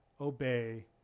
obey